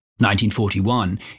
1941